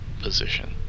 position